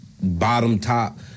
bottom-top